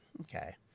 Okay